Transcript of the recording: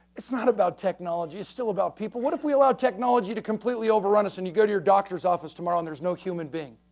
it's not about technology, it's still about people. what if we allow technology to completely overrun us and you go to your doctor's office tomorrow and there is no human being?